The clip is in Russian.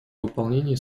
выполнении